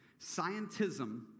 Scientism